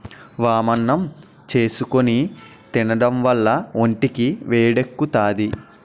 వామన్నం చేసుకుని తినడం వల్ల ఒంటికి వేడెక్కుతాది